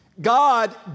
God